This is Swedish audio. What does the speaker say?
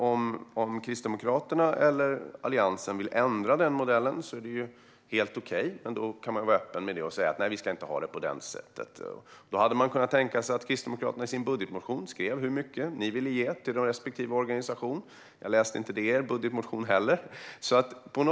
Om Kristdemokraterna eller Alliansen vill ändra den modellen är det helt okej. Men då kan man vara öppen med det och säga: Nej, vi ska inte ha det på det sättet. Då hade man kunnat tänka sig att Kristdemokraterna i sin budgetmotion skrev hur mycket ni ville ge till respektive organisation. Men jag läste inte det i er budgetmotion heller.